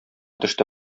төште